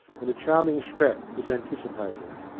and a charming scrap was anticipated.